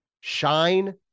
shine